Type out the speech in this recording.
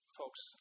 folks